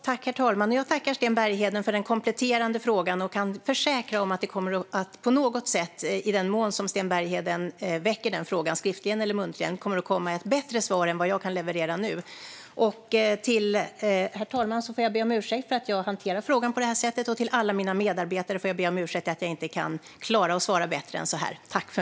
Herr talman! Jag tackar Sten Bergheden för den kompletterande frågan. Jag kan försäkra att i den mån Sten Bergheden väcker den frågan skriftligen eller muntligen kommer det ett bättre svar än vad jag kan leverera nu. Till herr talmannen får jag be om ursäkt för att jag hanterar frågan på det här sättet, och till alla mina medarbetare får jag be om ursäkt för att jag inte kan klara att svara bättre än så här.